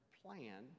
plan